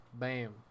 bam